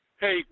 Hey